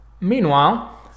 Meanwhile